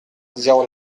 zéro